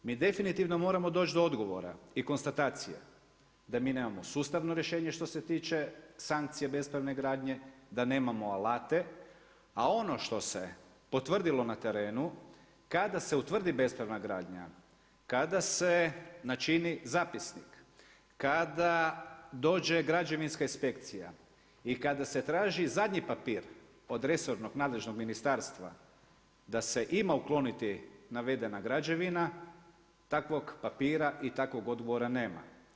Mi definitivno moramo doći do odgovora i konstatacije da mi nemamo sustavno rješenje što se tiče sankcija bespravne gradnje, da nemamo alate a ono što se potvrdilo na terenu, kada se utvrdi bespravna gradnja, kada se načini zapisnik, kada dođe građevinska inspekcija i kada se traži zadnji papir od resornog, nadležnog ministarstva, da se ima ukloniti navedena građevina, takvog papira i takvog odgovora nema.